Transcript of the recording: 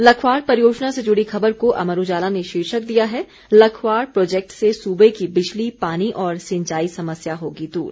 लखवाड़ परियोजना से जुड़ी खबर को अमर उजाला ने शीर्षक दिया है लखवाड़ प्रोजेक्ट से सुबे की बिजली पानी और सिंचाई समस्या होगी दूर